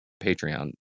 patreon